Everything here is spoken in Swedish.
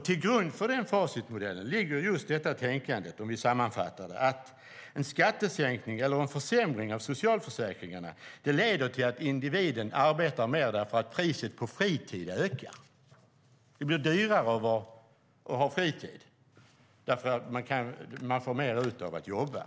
Till grund för Fasitmodellen ligger alltså tänkandet att, om vi sammanfattar det, en skattesänkning eller försämring av socialförsäkringarna leder till att individen arbetar mer eftersom priset på fritid ökar. Det blir dyrare att ha fritid eftersom man får ut mer av att jobba.